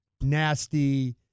nasty